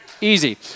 Easy